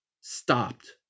stopped